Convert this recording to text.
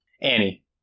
Annie